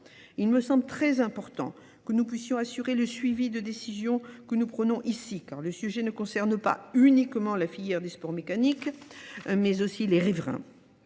Il me semble très important que nous puissions assurer le suivi de décisions que nous prenons ici, car le sujet ne concerne pas uniquement la filière des sports mécaniques, mais aussi les riverains.